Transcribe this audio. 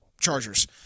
Chargers